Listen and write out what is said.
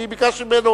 אני ביקשתי ממנו,